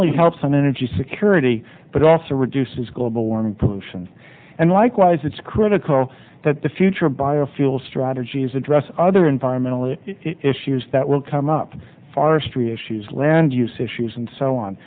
only helps on energy security but also reduces global warming pollution and likewise it's critical that the future of bio fuel strategy is address other environmental issues that will come up forestry issues land use issues and so on